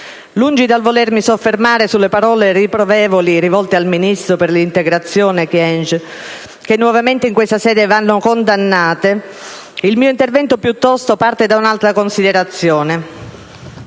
Lungi dal volermi soffermare sulle parole riprovevoli rivolte al ministro per l'integrazione Kyenge, che nuovamente in questa sede vanno condannate, il mio intervento parte piuttosto da un'altra considerazione.